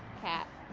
cat.